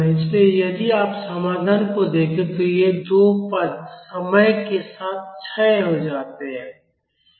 इसलिए यदि आप समाधान को देखें तो ये दो पद समय के साथ क्षय हो जाते हैं